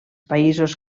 països